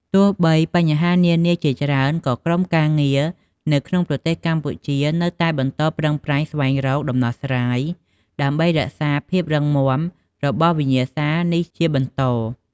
ទោះបីបញ្ហានានាជាច្រើន ក៏ក្រុមការងារនៅក្នុងប្រទេសកម្ពុជានៅតែបន្តប្រឹងប្រែងស្វែងរកដំណោះស្រាយ ដើម្បីរក្សាភាពរឹងមាំរបស់វិញ្ញាសានេះជាបន្ត។